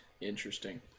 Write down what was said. Interesting